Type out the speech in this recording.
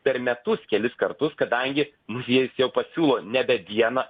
per metus kelis kartus kadangi muziejus jau pasiūlo nebe vieną